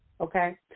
okay